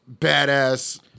badass